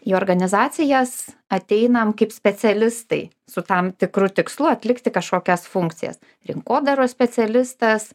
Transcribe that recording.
į organizacijas ateinam kaip specialistai su tam tikru tikslu atlikti kažkokias funkcijas rinkodaros specialistas